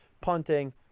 punting